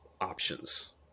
options